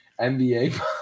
NBA